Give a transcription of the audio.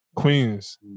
Queens